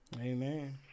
Amen